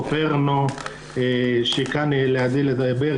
--- שקל לדבר,